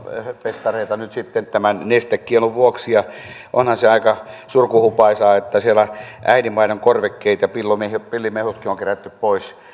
festareita nyt sitten tämän nestekiellon vuoksi ja onhan se aika surkuhupaisaa että äidinmaidonkorvikkeita ja pillimehutkin pillimehutkin on kerätty pois